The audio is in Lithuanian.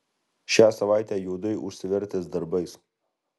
šią savaitę juodai užsivertęs darbais